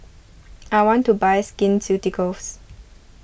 I want to buy Skin Suitycoats